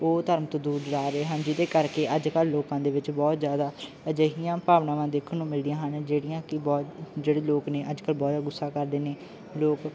ਉਹ ਧਰਮ ਤੋਂ ਦੂਰ ਜਾ ਰਹੇ ਹਨ ਜਿਹਦੇ ਕਰਕੇ ਅੱਜ ਕੱਲ੍ਹ ਲੋਕਾਂ ਦੇ ਵਿੱਚ ਬਹੁਤ ਜ਼ਿਆਦਾ ਅਜਿਹੀਆਂ ਭਾਵਨਾਵਾਂ ਦੇਖਣ ਨੂੰ ਮਿਲਦੀਆਂ ਹਨ ਜਿਹੜੀਆਂ ਕਿ ਬਹੁਤ ਜਿਹੜੇ ਲੋਕ ਨੇ ਅੱਜ ਕੱਲ੍ਹ ਬਹੁਤ ਜ਼ਿਆਦਾ ਗੁੱਸਾ ਕਰਦੇ ਨੇ ਲੋਕ